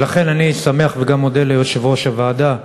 לכן אני שמח, וגם מודה ליושב-ראש הוועדה,